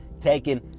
taken